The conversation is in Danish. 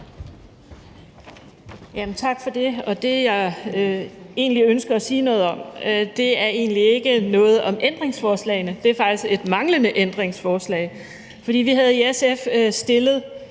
Tak for det. Det, jeg ønsker at sige noget om, er egentlig ikke noget om ændringsforslagene. Det er faktisk et manglende ændringsforslag. For vi havde i SF bedt